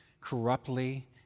corruptly